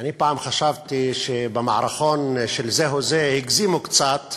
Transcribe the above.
אני פעם חשבתי שבמערכון של "זהו זה" הגזימו קצת